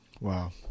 Wow